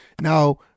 now